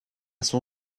son